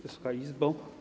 Wysoka Izbo!